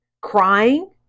crying